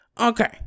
Okay